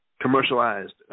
commercialized